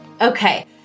Okay